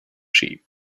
sheep